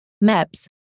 maps